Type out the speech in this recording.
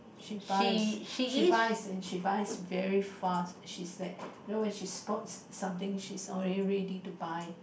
she buys she buys and she buys very fast she's like you know when she spots something she's already ready to buy